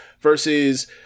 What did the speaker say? versus